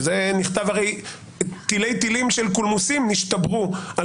שעל זה תילי תילים של קולמוסים נשתברו על